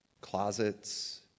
closets